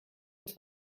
uns